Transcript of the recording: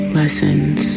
lessons